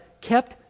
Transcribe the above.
kept